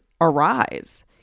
arise